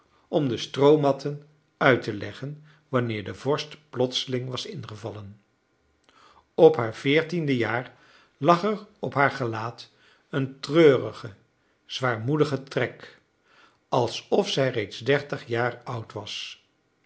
om de stroomatten uit te leggen wanneer de vorst plotseling was ingevallen op haar veertiende jaar lag er op haar gelaat een treurige zwaarmoedige trek alsof zij reeds dertig jaar oud was